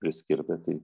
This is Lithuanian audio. priskirta tai